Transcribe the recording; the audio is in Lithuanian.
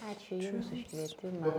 ačiū jums už kvietimą